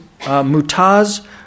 Mutaz